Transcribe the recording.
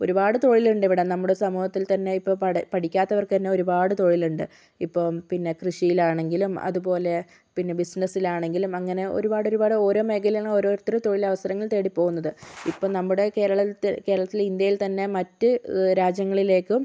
ഒരുപാട് തൊഴിലുണ്ടിവിടെ നമ്മുടെ സമൂഹത്തിൽ തന്നെ ഇപ്പോൾ പട് പഠിക്കാത്തവർക്ക് തന്നെ ഒരുപാട് തൊഴിലുണ്ട് ഇപ്പോൾ പിന്നെ കൃഷിയിലാണെങ്കിലും അതുപോലെ പിന്നെ ബിസിനെസ്സിലാണെങ്കിലും അങ്ങനെ ഒരുപാടൊരുപാട് ഓരോ മേഖലയിലാണ് ഓരോരുത്തർ തൊഴിലവസരങ്ങൾ തേടി പോകുന്നത് ഇപ്പോൾ നമ്മുടെ കേരളത്തിൽ കേരളത്തിൽ ഇന്ത്യയിൽ തന്നെ മറ്റ് രാജ്യങ്ങളിലേക്കും